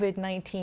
COVID-19